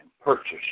purchase